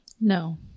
No